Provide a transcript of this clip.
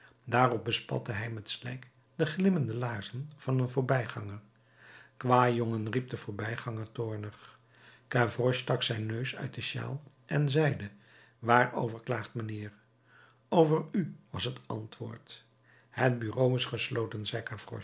daarop bespatte hij met slijk de glimmende laarzen van een voorbijganger kwâjongen riep de voorbijganger toornig gavroche stak zijn neus uit de sjaal en zeide waarover klaagt mijnheer over u was het antwoord het bureau is gesloten zei